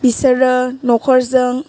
बिसोरो न'खरजों